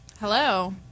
hello